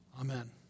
Amen